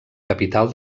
capital